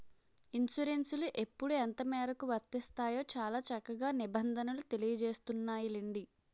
ఇన్సురెన్సులు ఎప్పుడు ఎంతమేరకు వర్తిస్తాయో చాలా చక్కగా నిబంధనలు తెలియజేస్తున్నాయిలెండి